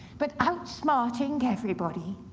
but outsmarting everybody.